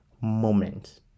moment